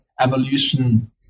evolution